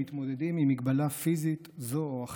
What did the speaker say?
שהם מתמודדים עם מגבלה פיזית זו או אחרת.